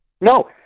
No